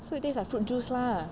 so it taste like fruit juice lah